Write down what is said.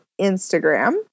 Instagram